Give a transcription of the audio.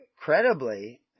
credibly